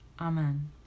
amen